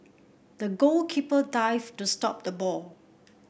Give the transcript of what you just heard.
the goalkeeper dived to stop the ball